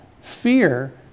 fear